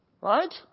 Right